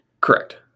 Correct